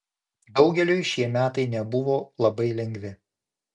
daugeliui šie metai nebuvo labai lengvi